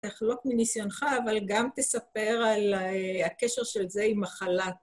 תחלוק מניסיונך, אבל גם תספר על הקשר של זה עם מחלת